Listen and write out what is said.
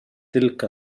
تلك